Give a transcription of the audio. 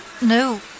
No